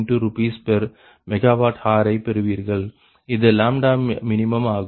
92 RsMWhr ஐ பெறுவீர்கள் இது 2minஆகும்